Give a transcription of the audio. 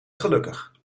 gelukkig